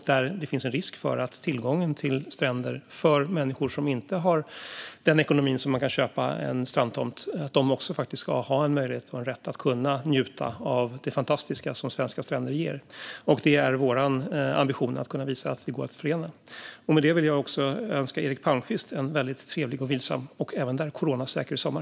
Människor som inte har en ekonomi som gör att de kan köpa en strandtomt ska också ha möjlighet och rätt att kunna njuta av det fantastiska som svenska stränder ger. Det är vår ambition att kunna visa att detta går att förena. Med detta vill jag också önska Eric Palmqvist en väldigt trevlig, vilsam och coronasäker sommar.